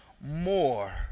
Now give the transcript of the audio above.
more